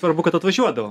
svarbu kad atvažiuodavo